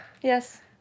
Yes